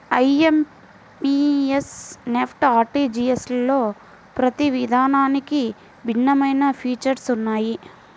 IMPS, NEFT, ఆర్టీజీయస్లలో ప్రతి విధానానికి భిన్నమైన ఫీచర్స్ ఉన్నయ్యి